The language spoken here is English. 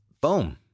boom